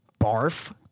barf